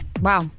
Wow